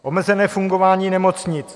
Omezené fungování nemocnic.